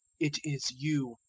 it is you,